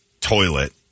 Toilet